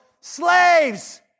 Slaves